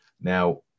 Now